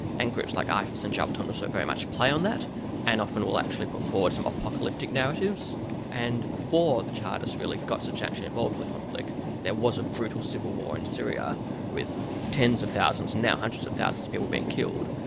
and groups like isis and jabhat um al-nusra so very much play on that and often will actually put forward some apocalyptic narratives and before the jihadists really got substantially involved in the conflict there was a brutal civil war in syria with tens of thousands and now hundreds of thousands of people being killed,